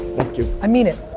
you. i mean it.